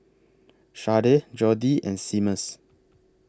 Sharday Jodi and Seamus